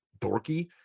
dorky